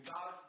God